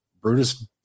Brutus